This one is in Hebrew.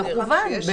במקוון.